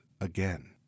again